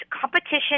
competition